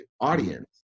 audience